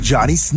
Johnny